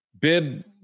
bib